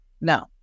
no